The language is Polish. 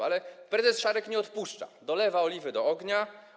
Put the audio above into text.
Ale prezes Szarek nie odpuszcza, dolewa oliwy do ognia.